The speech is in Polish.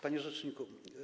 Panie Rzeczniku!